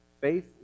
Faith